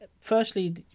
firstly